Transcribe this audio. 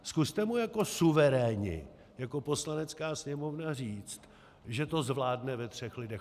Zkuste mu jako suveréni, jako Poslanecká sněmovna, říct, že to zvládne ve třech lidech.